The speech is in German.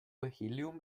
helium